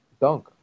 dunk